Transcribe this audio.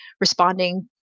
responding